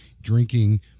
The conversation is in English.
drinking